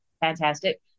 fantastic